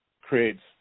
creates